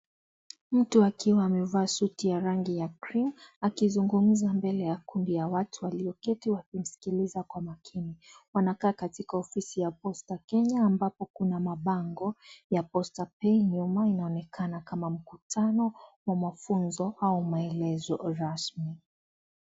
Mtu akiwa amevaa suti ya rangi ya cream akizungumza mbele ya kundi ya watu walioketi wakimsikiliza kwa makini. Wanakaa katika ofisi ya Posta Kenya ambapo kuna mabango ya 'PostaPay'. Nyuma inaonekana kama mkutano wa mafunzo au maelezo rasmi.